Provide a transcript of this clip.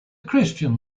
christian